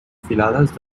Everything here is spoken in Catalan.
filades